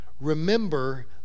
Remember